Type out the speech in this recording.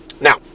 now